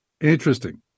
Interesting